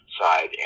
side